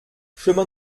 chemin